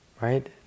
right